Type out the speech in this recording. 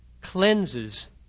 cleanses